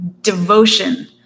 devotion